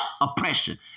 oppression